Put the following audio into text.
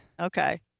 Okay